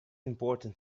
important